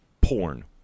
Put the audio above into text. porn